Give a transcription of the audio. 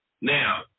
Now